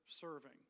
serving